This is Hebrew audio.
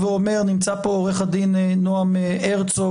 נמצא פה עו"ד נועם הרצוג,